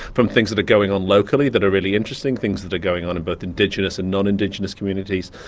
from things that are going on locally, that are really interesting, things that are going on in both indigenous and non-indigenous communities,